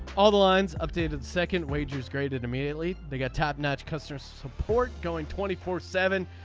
all the lines updated second wagers graded immediately. they got top notch customer support going twenty four seven.